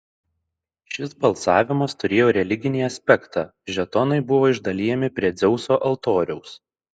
šis balsavimas turėjo religinį aspektą žetonai buvo išdalijami prie dzeuso altoriaus